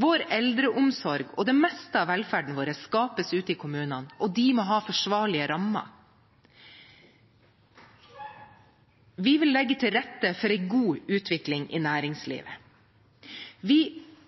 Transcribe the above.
Vår eldreomsorg og den meste av velferden vår skapes ute i kommunene, og de må ha forsvarlige rammer. Vi vil legge til rette for en god utvikling i næringslivet. Vi